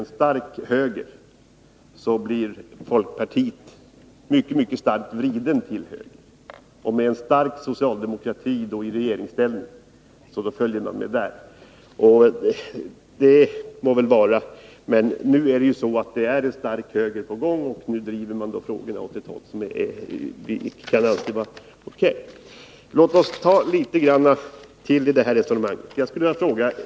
Med folkpartiet förhåller det sig så att det drar sig åt höger, när det finns ett starkt högerparti. Med en stark socialdemokrati i regeringsställning drar man sig åt det hållet. Det senare må så vara, men just nu drar sig folkpartiet åt höger, eftersom högervindarna är så kraftiga.